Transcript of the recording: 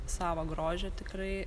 savo grožio tikrai